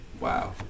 wow